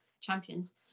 champions